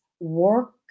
work